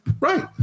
right